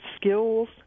skills